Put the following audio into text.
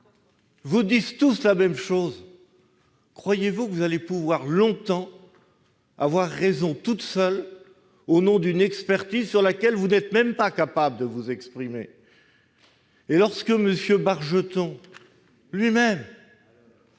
vous disent tous la même chose, que vous pourrez longtemps avoir raison toute seule, au nom d'une expertise sur laquelle vous n'êtes même pas capable de vous exprimer ? Quand M. Bargeton nous